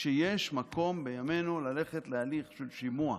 שיש מקום בימינו ללכת להליך עם שימוע.